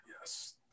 Yes